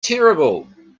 terrible